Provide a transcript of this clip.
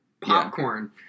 popcorn